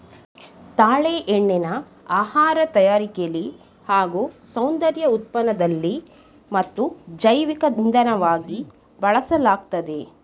ತಾಳೆ ಎಣ್ಣೆನ ಆಹಾರ ತಯಾರಿಕೆಲಿ ಹಾಗೂ ಸೌಂದರ್ಯ ಉತ್ಪನ್ನದಲ್ಲಿ ಮತ್ತು ಜೈವಿಕ ಇಂಧನವಾಗಿ ಬಳಸಲಾಗ್ತದೆ